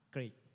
Great